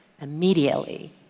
immediately